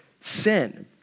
sin